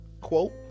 Quote